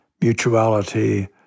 mutuality